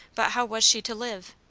but how was she to live?